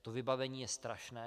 To vybavení je strašné.